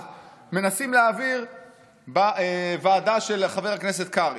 מנסים להעביר בוועדה של חבר הכנסת קרעי.